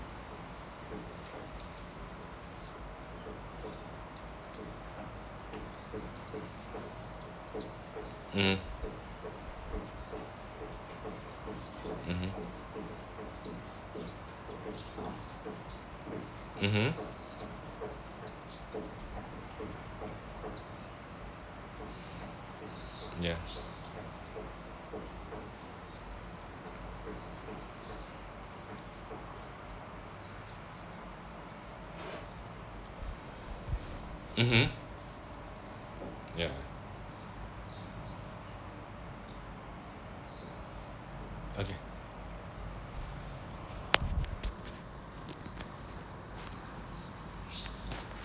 mm mmhmm mmhmm ya mmhmm ya okay